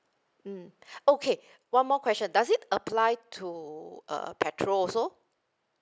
mm okay one more question does it apply to uh petrol also